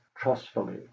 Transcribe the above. trustfully